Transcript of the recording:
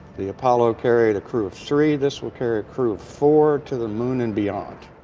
the apollo carried a crew of three, this will carry a crew of four to the moon and beyond.